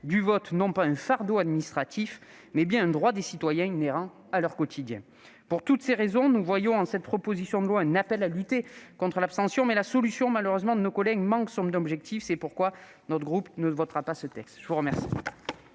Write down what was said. du vote non pas un fardeau administratif, mais bien un droit des citoyens inhérent à leur quotidien. Pour toutes ces raisons, nous voyons en cette proposition de loi un appel à lutter contre l'abstention, mais la solution de nos collègues manque son objectif. C'est pourquoi le groupe CRCE ne votera pas ce texte. La parole